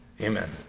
Amen